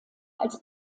als